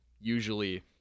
usually